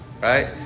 Right